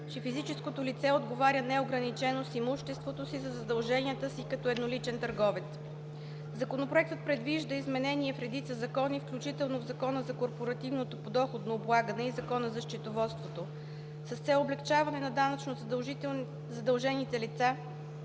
че физическото лице отговаря неограничено с имуществото си за задълженията си като едноличен търговец. Законопроектът предвижда изменения в редица закони, включително в Закона за корпоративното подоходно облагане и Закона за счетоводството. С цел облекчаване на данъчно задължените лица,